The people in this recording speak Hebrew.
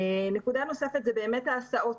נקודה נוספת זו ההסעות.